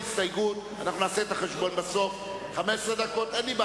הוא רצה להקרין קצת מרות ולהראות לאנשי משרד החוץ מי בעל-הבית.